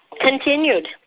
continued